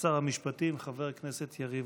שר המשפטים חבר הכנסת יריב